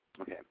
okay